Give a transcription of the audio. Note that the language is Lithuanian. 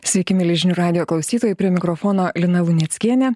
sveiki mieli žinių radijo klausytojai prie mikrofono lina luneckienė